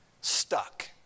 stuck